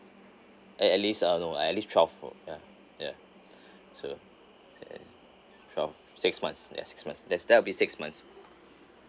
at at least uh no uh at least twelve or ya ya so twelve six months ya six months there's there will be six months